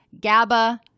GABA